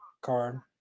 card